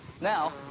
Now